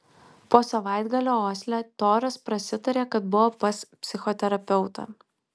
po savaitgalio osle toras prasitarė kad buvo pas psichoterapeutą